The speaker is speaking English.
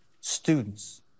students